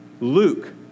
Luke